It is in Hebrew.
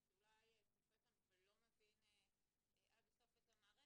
צופה כאן ולא מבין עד הסוף את המערכת.